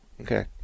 Okay